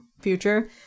future